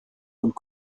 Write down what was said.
und